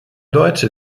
deutsche